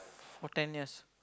for ten years